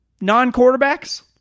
non-quarterbacks